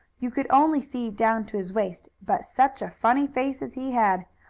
you could only see down to his waist, but such a funny face as he had!